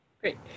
Great